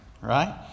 right